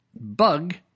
bug